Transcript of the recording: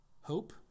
Hope